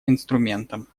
инструментом